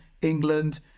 England